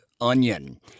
onion